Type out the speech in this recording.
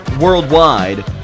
worldwide